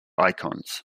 icons